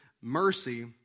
mercy